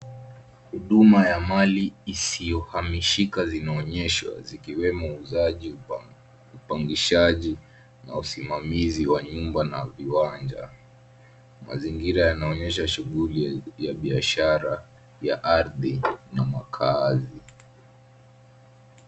Huduma ya mali isiyohamishika zinaonyeshwa zikiwemo uuzaji, ukupangishaji na usimamizi wa nyumba na viwanja. Mazingira yanaonyesha shughuli ya biashara ya ardhi na makazi.